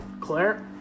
Claire